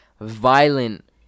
violent